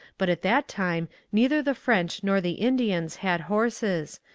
but at that time neither the french nor the indians had horses,